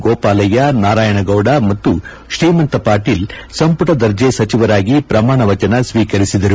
ಗೋಪಾಲಯ್ಲ ನಾರಾಯಣಗೌಡ ಮತ್ತು ತ್ರೀಮಂತ್ ಪಾಟೀಲ್ ಸಂಪುಟ ದರ್ಜೆ ಸಚಿವರಾಗಿ ಪ್ರಮಾಣವಚನ ಸ್ನೀಕರಿಸಿದರು